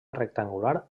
rectangular